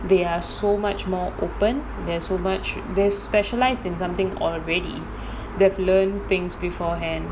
they are so much more open there's so much they're specialised in something already they've learned things beforehand